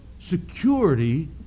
security